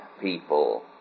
people